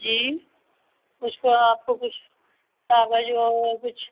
जी उसको आपको कुछ कागज़ वा और कुछ